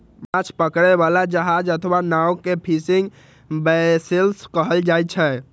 माछ पकड़ै बला जहाज अथवा नाव कें फिशिंग वैसेल्स कहल जाइ छै